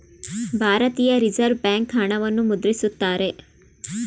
ಭಾರತೀಯ Reserve Bank ಹಣವನ್ನು ಮುದ್ರಿಸುತ್ತಾರೆ